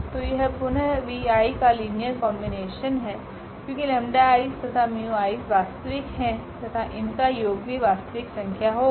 तो यह पुनः vi का लीनियर कॉम्बिनेशन हैं क्योकि 𝜆𝑖's तथा 𝜇𝑖's वास्तविक है तथा इनका योग भी वास्तविक संख्या होगा